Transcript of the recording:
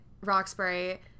Roxbury